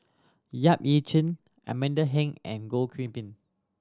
Yap Ee Chian Amanda Heng and Goh Kiu Bin